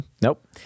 Nope